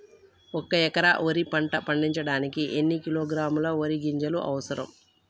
ఒక్క ఎకరా వరి పంట పండించడానికి ఎన్ని కిలోగ్రాముల వరి గింజలు అవసరం?